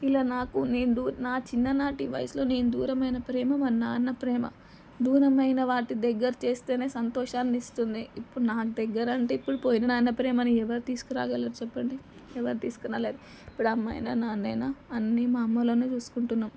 ఇలా నాకు నే దు నా చిన్ననాటి వయసులో నేను దూరమైనా ప్రేమ మా నాన్న ప్రేమ దూరమైన వాటి దగ్గర చేస్తేనే సంతోషాన్ని ఇస్తుంది ఇప్పుడు నాకు దగ్గర అంటే ఇప్పుడు పోయిన నాన్న ప్రేమను ఎవరు తీసుకురాగలరు చెప్పండి ఎవరు తీసుకురాలేరు ఇప్పుడు అమ్మ అయినా నాన్న అయినా అన్ని మా అమ్మలోనే చూసుకుంటున్నాము